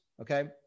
okay